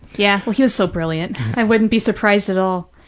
yeah. well, he was so brilliant. i wouldn't be surprised at all.